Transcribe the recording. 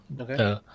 Okay